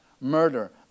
murder